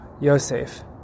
Yosef